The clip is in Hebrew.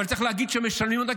אבל צריך להגיד שמשלמים אותם,